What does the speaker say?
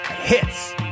Hits